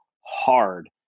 hard